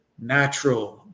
natural